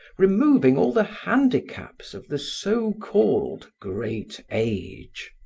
removing all the handicaps of the so-called great age.